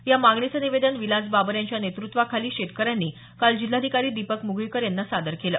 या मागणीचं निवेदन विलास बाबर यांच्या नेतृत्वाखाली शेतकऱ्यांनी काल जिल्हाधिकारी दीपक म्गळीकर यांना सादर केलं